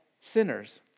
sinners